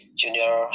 junior